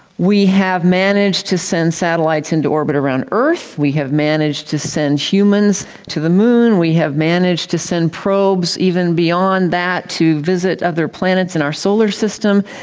we have managed to send satellites into orbit around earth. we have managed to send humans to the moon, we have managed to send probes even beyond that to visit other planets in our solar system,